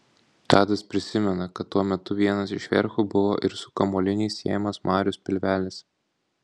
tadas prisimena kad tuo metu vienas iš verchų buvo ir su kamuoliniais siejamas marius pilvelis